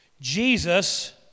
Jesus